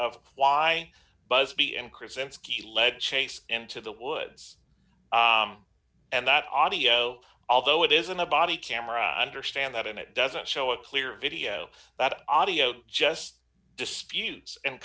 krasinski lead chased into the woods and that audio although it isn't a body camera understand that and it doesn't show a clear video that audio just disputes and